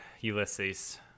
Ulysses